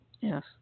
Yes